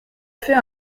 fait